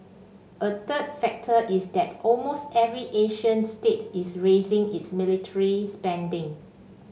a third factor is that almost every Asian state is raising its military spending